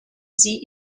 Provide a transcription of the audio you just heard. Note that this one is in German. sie